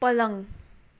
पलङ